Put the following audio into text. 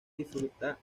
disfruta